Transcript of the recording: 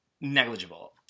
negligible